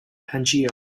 pangaea